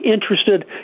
interested